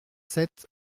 sept